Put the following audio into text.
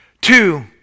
Two